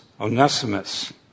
Onesimus